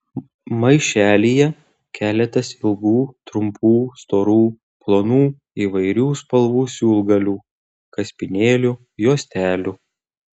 maišelyje keletas ilgų trumpų storų plonų įvairių spalvų siūlgalių kaspinėlių juostelių